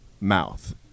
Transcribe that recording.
mouth